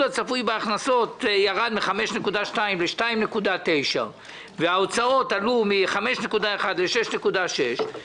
הצפוי בהכנסות ירד מ-5.2% ל-2.9% וההוצאות עלו מ-5.1% ל-6.6%,